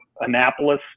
Annapolis